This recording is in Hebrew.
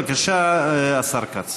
בבקשה, השר כץ.